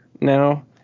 now